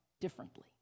differently